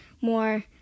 more